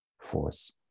force